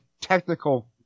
technical